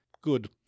good